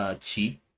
cheap